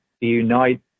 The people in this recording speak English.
unite